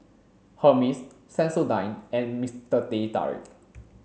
Hermes Sensodyne and Mister Teh Tarik